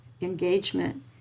engagement